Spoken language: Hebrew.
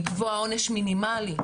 לקבוע עונש מינימלי,